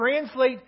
translate